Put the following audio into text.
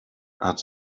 hat